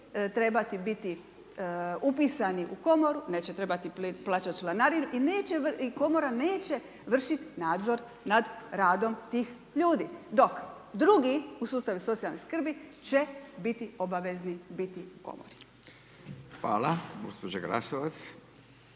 trebati biti upisani u komoru, neće trebati plaćati članarinu i komora neće vršiti nadzor nad radom tih ljudi. Dok, drugi u sustavu socijalne skrbi će biti obavezni biti komori. **Radin, Furio